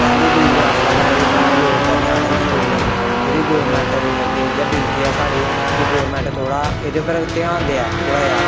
पैह्ली दूई क्लासा आह्लें एह् पढ़ाया लोड़दा ञ्यानें गी स्कूलें गी एह्दे च गौरमैंट अग्गें इ'यै बिनती ऐ साढ़ी कि गौरमैंट थोह्ड़ा इद्धर उद्धर ध्यान देऐ थोह्ड़ा